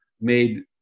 made